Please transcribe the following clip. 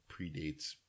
predates